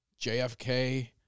JFK